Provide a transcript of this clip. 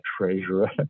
Treasurer